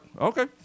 okay